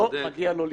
לא מגיע לו לחיות.